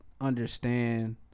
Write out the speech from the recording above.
understand